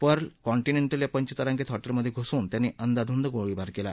Perl Continental या पंचताराकित हॉटेलमधे घुसून त्यांनी अंदाधुंद गोळीबार केला